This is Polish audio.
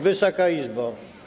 Wysoka Izbo!